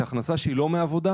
שהכנסה שהיא לא מעבודה,